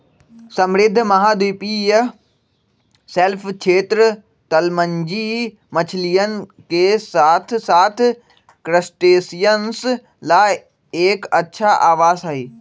समृद्ध महाद्वीपीय शेल्फ क्षेत्र, तलमज्जी मछलियन के साथसाथ क्रस्टेशियंस ला एक अच्छा आवास हई